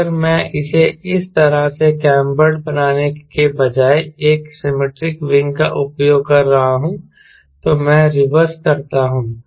अगर मैं इसे इस तरह से कैंबर्ड बनाने के बजाय एक सिमैट्रिक विंग का उपयोग कर रहा हूं तो मैं रिवर्स करता हूं